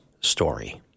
story